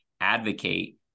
advocate